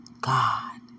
God